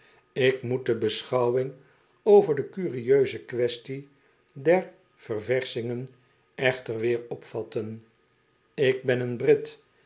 ik moet de beschouwing over de kurieuse kwestie der ververschingen echter weer opvatten ik ben een brit